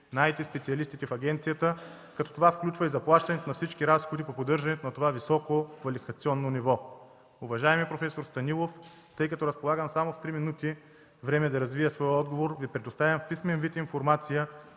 на IT-специалистите в агенцията, като това включва и заплащането на всички разходи по поддържането на това високо квалификационно ниво. Уважаеми професор Станилов, тъй като разполагам само с три минути, за да развия своя отговор, Ви предоставям в писмен вид информация,